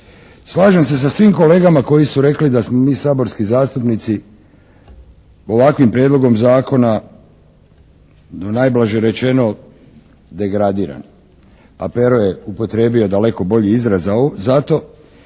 Slažem se sa svim kolegama koji su rekli da mi saborski zastupnici ovakvim Prijedlogom zakona najblaže rečeno degradirani. A Pero je upotrijebio daleko bolji izraz za to